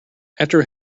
after